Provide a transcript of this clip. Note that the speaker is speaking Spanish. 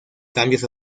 cambios